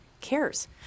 cares